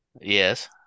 Yes